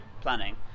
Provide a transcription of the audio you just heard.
planning